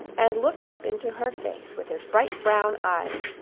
and looked up into her face with his bright brown eyes,